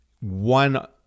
one